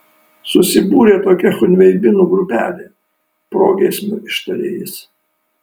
susibūrė tokia chunveibinų grupelė progiesmiu ištarė jis